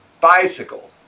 bicycle